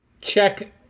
Check